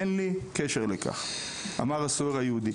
אין לי קשר לכך, אמר הסוהר היהודי.